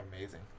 amazing